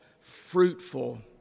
fruitful